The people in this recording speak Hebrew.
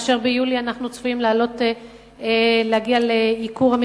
וביולי אנחנו צפויים להגיע לייקור של